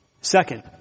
Second